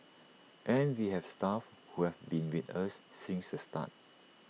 and we have staff who have been with us since the start